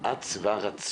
את המענים